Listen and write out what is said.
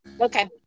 Okay